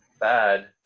bad